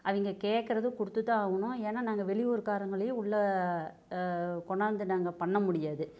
அவங்க கேட்குறதை கொடுத்து தான் ஆவணும் ஏன்னா நாங்கள் வெளியூர் காரங்களையும் உள்ளே கொண்ணாந்து நாங்கள் பண்ண முடியாது